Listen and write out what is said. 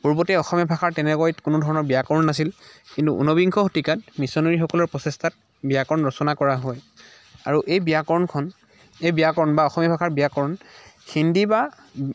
পূৰ্বতে অসমীয়া ভাষাৰ তেনেকৈ কোনোধৰণৰ ব্যাকৰণ নাছিল কিন্তু ঊনবিংশ শতিকাত মিছনেৰীসকলৰ প্ৰচেষ্টাত ব্যাকৰণ ৰচনা কৰা হয় আৰু এই ব্যাকৰণখন এই ব্যাকৰণ বা অসমীয়া ভাষাৰ ব্যাকৰণ হিন্দী বা